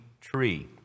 tree